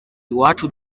iwacu